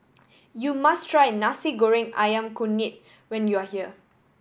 you must try Nasi Goreng Ayam Kunyit when you are here